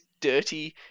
dirty